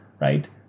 right